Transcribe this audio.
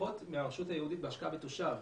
פחות מהרשות היהודית בהשקעה בתושב.